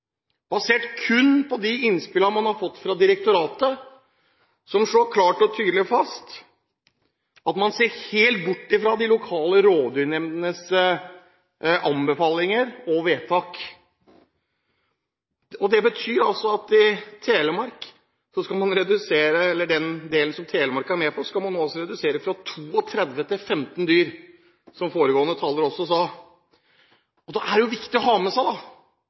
kun er basert på de innspillene man har fått fra direktoratet, som klart og tydelig slår fast at man ser helt bort fra de lokale rovdyrnemndenes anbefalinger og vedtak. Det betyr at man i den delen som Telemark er med i, skal redusere fra 32 til 15 dyr, som foregående taler også sa. Da er det viktig å ha med seg